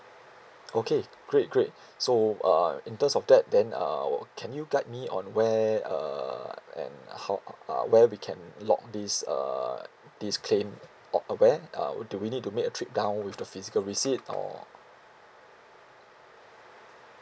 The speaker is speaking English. okay great great so uh in terms of that then uh can you guide me on where uh and how uh where we can log this uh this claim on where uh do we need to make a trip down with the physical receipt or